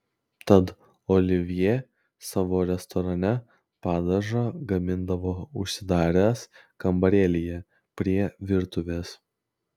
tad olivjė savo restorane padažą gamindavo užsidaręs kambarėlyje prie virtuvės